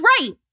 right